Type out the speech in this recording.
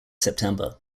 september